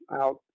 out